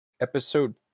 Episode